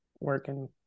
working